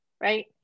Right